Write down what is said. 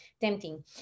tempting